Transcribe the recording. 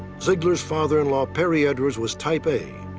zeigler's father-in-law, perry edward, was type a.